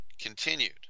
continued